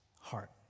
heart